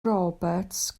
roberts